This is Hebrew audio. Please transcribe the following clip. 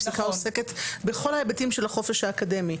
הפסיקה עוסקת בכל ההיבטים של החופש האקדמי,